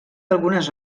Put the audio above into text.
algunes